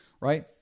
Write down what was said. right